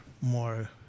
more